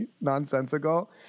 nonsensical